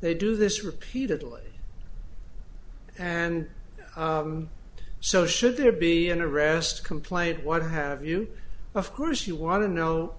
they do this repeatedly and so should there be an arrest complaint what have you of course you want to know